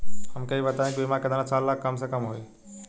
हमके ई बताई कि बीमा केतना साल ला कम से कम होई?